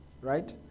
right